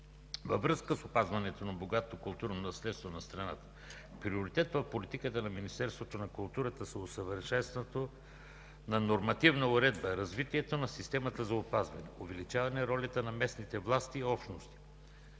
във връзка с опазването на богатото културно наследство на страната приоритет в политиката на Министерството на културата са усъвършенстването на нормативната уредба, развитие на системата за опазване, увеличаване ролята на местните власти и общности,